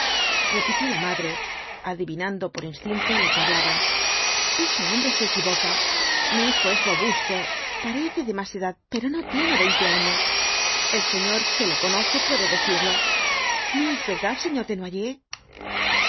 repitió la madre adivinando por instinto lo que hablaban ese hombre se equivoca mi hijo es robusto parece de más edad pero no tiene veinte años el señor que lo conoce puede decirlo no es verdad señor desnoyers